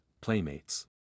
Playmates